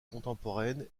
contemporaine